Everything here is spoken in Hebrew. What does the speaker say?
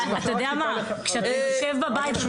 כשאתה יושב בבית,